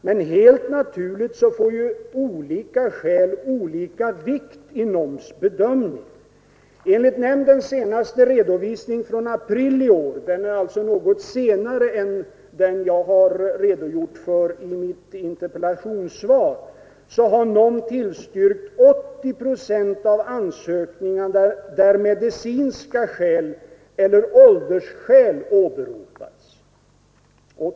Men helt naturligt får ju olika skäl olika vikt vid NOM:s bedömning. Enligt nämndens senaste redovisning från april i år — den har alltså kommit något senare än den jag har redogjort för i mitt interpellationssvar — har NOM tillstyrkt 80 procent av ansökningarna där medicinska skäl eller åldersskäl åberopas.